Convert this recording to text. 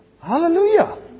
Hallelujah